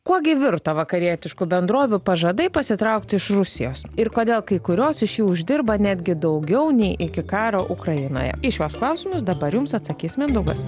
kuo gi virto vakarietiškų bendrovių pažadai pasitraukti iš rusijos ir kodėl kai kurios iš jų uždirba netgi daugiau nei iki karo ukrainoje į šiuos klausimus dabar jums atsakys mindaugas